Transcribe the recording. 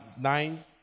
nine